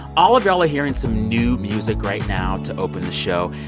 all of y'all are hearing some new music right now to open the show.